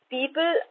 people